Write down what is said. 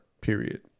Period